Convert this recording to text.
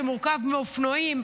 שמורכב מאופנועים,